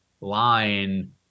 line